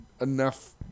enough